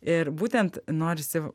ir būtent norisi